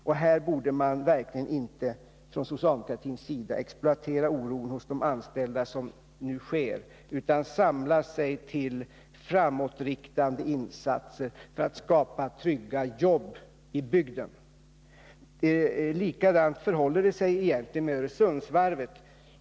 Socialdemokratin borde verkligen inte, som nu sker, exploatera oron bland de anställda utan samla sig till framåtriktade insatser för att skapa trygga arbeten i bygden. Likadant förhåller det sig egentligen med Öresundsvarvet.